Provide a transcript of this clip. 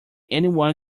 anyone